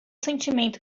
sentimento